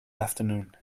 afternoon